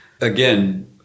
again